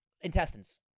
Intestines